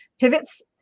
pivots